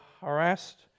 harassed